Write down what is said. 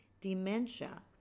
dementia